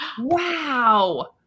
Wow